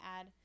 add